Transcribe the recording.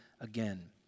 again